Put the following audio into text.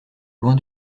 loin